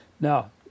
Now